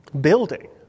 building